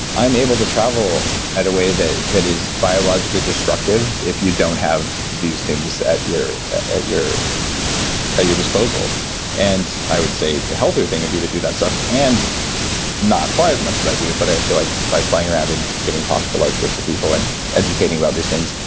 i'm able to travel at a way that that is biologically destructive if you don't have these things at your at your disposal and i would say the healthcare thing would be to do that stuff, and not fly as much as i do. but i feel like by flying around and giving talks to large groups of people, and educating about these things,